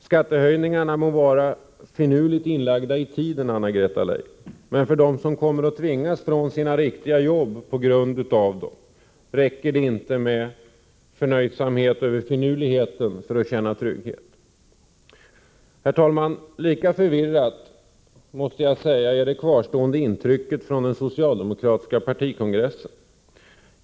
Skattehöjningarna må vara finurligt inlagda i tiden, Anna-Greta Leijon, men för att få dem som på grund av dessa tvingas lämna sina fasta jobb att känna trygghet räcker det inte med att vara finurlig. Herr talman! Lika förvirrat är, måste jag säga, det kvarstående intrycket från den socialdemokratiska partikongressen.